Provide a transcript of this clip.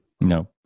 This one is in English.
no